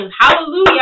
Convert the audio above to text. Hallelujah